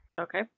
Okay